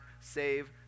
save